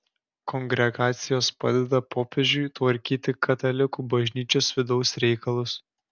kongregacijos padeda popiežiui tvarkyti katalikų bažnyčios vidaus reikalus